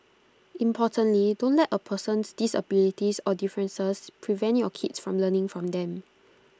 importantly don't let A person's disabilities or differences prevent your kids from learning from them